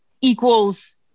equals